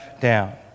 down